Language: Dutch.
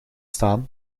staan